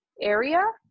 area